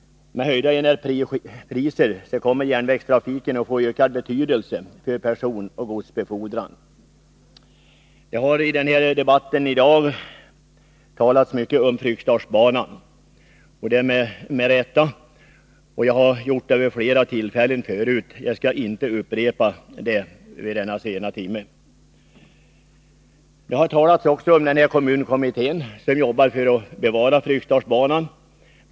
Höjda energipriser kommer att medföra att järnvägstrafiken får ökad betydelse för personoch godsbefordran. Det hari denna debatt i dag talats mycket om Fryksdalsbanan, och det med rätta. Jag har talat om den banan vid flera tillfällen förut, och jag skall inte upprepa det vid denna sena timme. Det har också talats om kommunkommittén, som arbetar för att bevara Fryksdalsbanan.